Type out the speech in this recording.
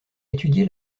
étudié